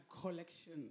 collection